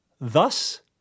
Thus